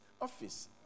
office